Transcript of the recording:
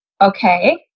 Okay